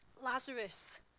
Lazarus